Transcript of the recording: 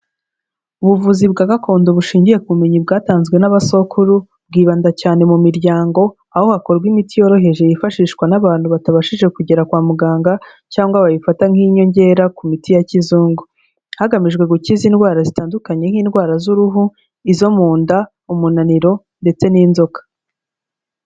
Ubuvuzi bwa gakondo bushingiye ku bumenyi bwatanzwe n'abasokuru, bwibanda cyane mu miryango, aho hakorwa imiti yoroheje yifashishwa n'abantu batabashije kugera kwa muganga, cyangwa bayifata nk'inyongera ku miti ya kizungu, hagamijwe gukiza indwara zitandukanye nk'indwara z'uruhu, izo mu nda, umunaniro ndetse n'inzoka.